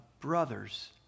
brothers